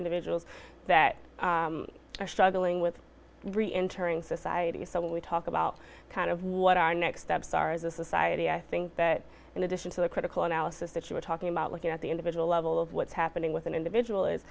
individuals that are struggling with reentering society so when we talk about kind of what our next steps are as a society i think that in addition to the critical analysis that you're talking about looking at the individual level of what's happening with an individual is